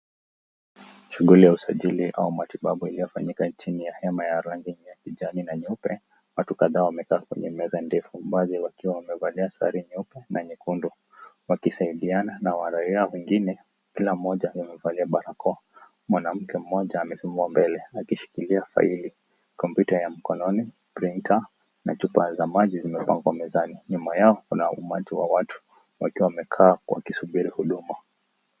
Shughuli ya usajili au matibabu iliyofanyika chini ya hema ya rangi ya kijani na nyeupe. Watu kadhaa wamekaa kwenye meza ndefu, baadhi wakiwa wamevaa sare nyeupe na nyekundu, wakisaidiana na raia wengine. Kila mmoja amevalia barakoa. Mwanamke mmoja amesimama mbele akishikilia file . Computer ya mkononi, printer na chupa za maji zimepangwa mezani. Nyuma yao kuna umati wa watu wakiwa wamekaa wakisubiri huduma.